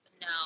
No